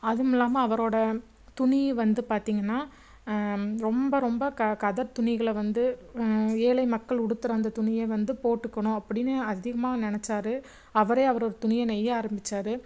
அதுவும் இல்லாமல் அவரோடய துணியை வந்து பார்த்திங்கன்னா ரொம்ப ரொம்ப க கதர் துணிகளை வந்து ஏழை மக்கள் உடுத்துற அந்த துணியை வந்து போட்டுக்கணும் அப்படின்னு அதிகமாக நினச்சாரு அவரே அவர் ஒரு துணியை நெய்ய ஆரம்பிச்சாரு